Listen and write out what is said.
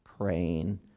praying